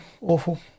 awful